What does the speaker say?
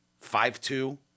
five-two